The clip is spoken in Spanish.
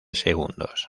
segundos